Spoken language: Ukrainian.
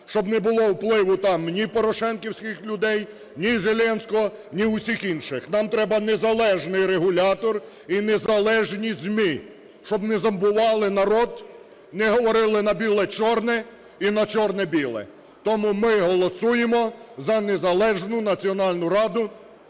щоб не було впливу там ні порошенківських людей, ні Зеленського, ні усіх інших. Нам треба незалежний регулятор і незалежні ЗМІ, щоб не зомбували народ, не говорили на біле - чорне і на чорне - біле. Тому ми голосуємо за незалежну Національну раду